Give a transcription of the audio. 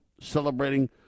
celebrating